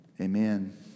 Amen